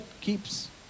keeps